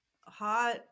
hot